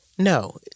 No